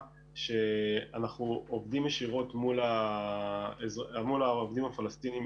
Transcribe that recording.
שאנחנו עובדים ישירות מול העובדים הפלסטינים